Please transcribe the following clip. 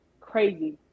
crazy